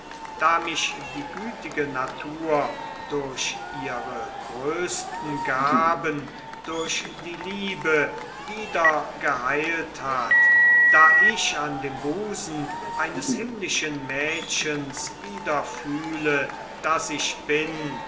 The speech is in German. da mich die gütige natur durch ihre größten gaben durch die liebe wieder geheilt hat da ich an dem busen eines himmlischen mädchens wieder fühle daß ich bin